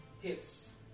hits